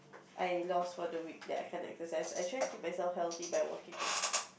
I lost for the week that I can't exercise I try keep myself healthy by walking lah